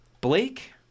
Blake